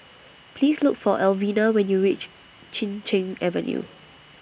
Please Look For Alvina when YOU REACH Chin Cheng Avenue